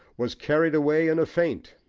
was carried away in a faint,